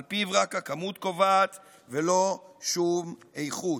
שעל פיו רק הכמות קובעת ולא שום איכות.